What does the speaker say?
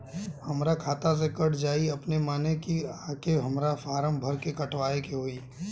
हमरा खाता से कट जायी अपने माने की आके हमरा फारम भर के कटवाए के होई?